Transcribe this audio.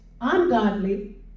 ungodly